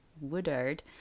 Woodard